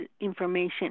information